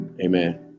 Amen